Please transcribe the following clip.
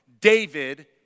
David